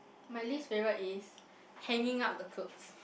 my least favourite is hanging out the clothes